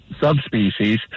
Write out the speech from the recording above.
subspecies